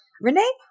Renee